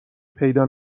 پیدا